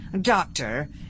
doctor